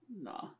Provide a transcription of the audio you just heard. Nah